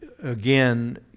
again